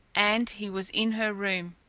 and he was in her room.